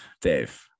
Dave